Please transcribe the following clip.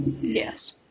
Yes